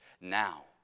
now